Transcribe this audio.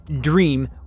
dream